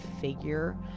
figure